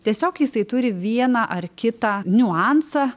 tiesiog jisai turi vieną ar kitą niuansą